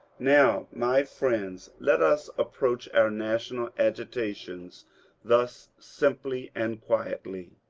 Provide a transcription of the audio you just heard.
now, my friends, let us approach our national agitations thus simply and quietly.